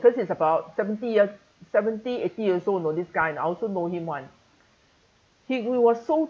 cause he's about seventy uh seventy eighty years old know this guy I also know him [one] he w~ was so